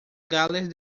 gales